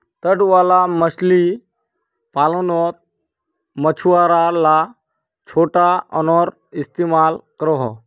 तट वाला मछली पालानोत मछुआरा ला छोटो नओर इस्तेमाल करोह